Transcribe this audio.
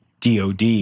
DOD